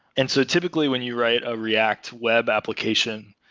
and so typically, when you write a react web application,